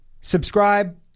Subscribe